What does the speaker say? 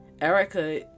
Erica